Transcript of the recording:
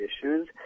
issues